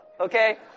Okay